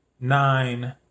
nine